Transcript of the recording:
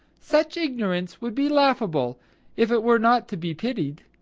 such ignorance would be laughable if it were not to be pitied.